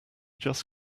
just